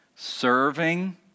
Serving